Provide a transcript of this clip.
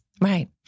Right